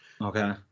Okay